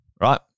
right